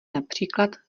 například